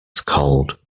cold